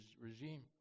regime